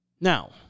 Now